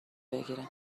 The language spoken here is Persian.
بگیرم